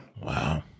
wow